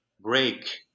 break